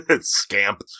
scamp